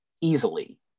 easily